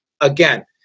again